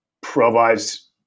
provides